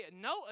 no